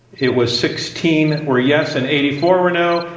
it was sixteen were yes and eighty four were no.